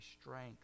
strength